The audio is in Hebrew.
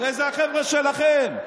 הרי זה החבר'ה שלכם.